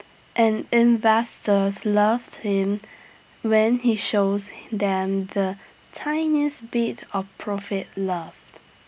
and investors loved him when he shows them the tiniest bit of profit love